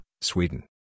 Sweden